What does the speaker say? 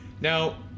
Now